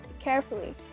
carefully